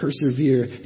persevere